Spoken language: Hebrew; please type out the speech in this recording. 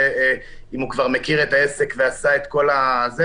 ואם הוא כבר מכיר את העסק ועשה את כל זה,